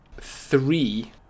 three